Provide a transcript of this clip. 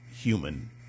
human